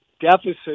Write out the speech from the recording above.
deficit